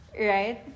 right